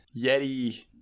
Yeti